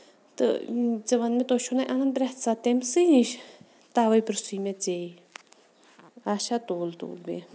تہٕ ژٕ وَن مےٚ تُہۍ چھِو نہٕ اَنان پرٮ۪تھ ساتہٕ تٔمۍ سی نِش تَوے پریژھُے مےٚ ژیٚے اَچھا تُل تُل بیٚہہ